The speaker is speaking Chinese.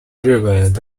日本